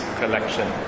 collection